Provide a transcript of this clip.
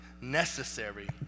necessary